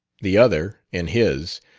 the other, in his,